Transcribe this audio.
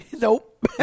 Nope